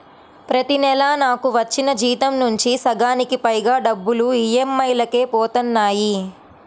ప్రతి నెలా నాకు వచ్చిన జీతం నుంచి సగానికి పైగా డబ్బులు ఈఎంఐలకే పోతన్నాయి